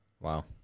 Wow